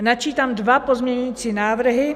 Načítám dva pozměňovací návrhy.